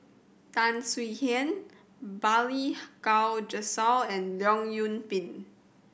Tan Swie Hian Balli Kaur Jaswal and Leong Yoon Pin